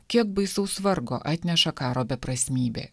kiek baisaus vargo atneša karo beprasmybė